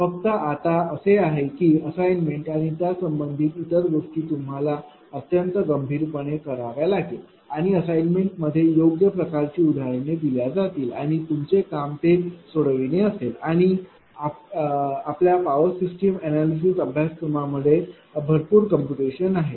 फक्त आता असे आहे की असाइनमेंट आणि त्या संबंधित इतर गोष्टी तुम्हाला अत्यंत गंभीरपणे कराव्या लागेल आणि असाइनमेंट मध्ये योग्य प्रकारची उदाहरणे दिल्या जातील आणि तुमचे काम ते सोडवणे असेल आणि आपल्या पॉवर सिस्टम अनैलिसिस अभ्यासक्रमध्ये भरपूर काम्प्यटैशन आहे